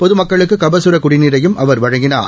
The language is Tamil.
பொதுமக்களுக்கு கபசுர குடிநீரையும் அவர் வழங்கினார்